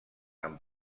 amb